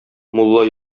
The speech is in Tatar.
мулла